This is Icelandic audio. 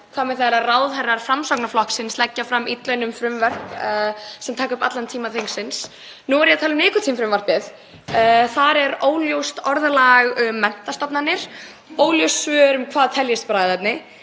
með þegar ráðherrar Framsóknarflokksins leggja fram illa unnin frumvörp sem taka allan tíma þingsins? Nú er ég að tala um nikótínfrumvarpið. Þar er óljóst orðalag um menntastofnanir, óljós svör um hvað teljist bragðefni,